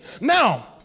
Now